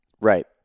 Right